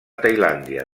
tailàndia